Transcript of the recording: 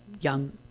young